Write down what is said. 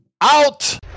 Out